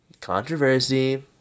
Controversy